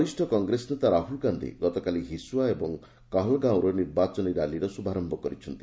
ବରିଷ୍ଣ କଂଗ୍ରେସ ନେତା ରାହୁଲ ଗାନ୍ଧୀ ଗତକାଲି ହିସୁଆ ଓ କହଲଗାଓଁରୁ ନିର୍ବାଚନ ରାଲିର ଶୁଭାରମ୍ଭ କରିଛନ୍ତି